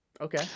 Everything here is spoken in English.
okay